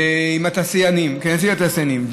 נציג התעשיינים,